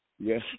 Yes